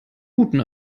guten